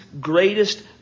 greatest